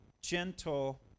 gentle